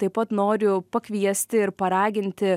taip pat noriu pakviesti ir paraginti